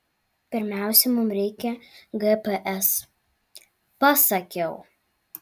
pirmiausia mums reikia gps pasakiau